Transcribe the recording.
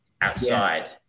outside